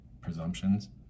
presumptions